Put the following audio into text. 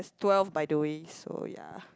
twelve by the way so ya